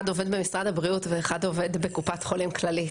אחד עובד במשרד הבריאות ואחד עובד בקופת חולים כללית.